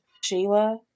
Sheila